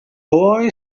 boy